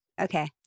Okay